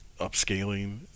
upscaling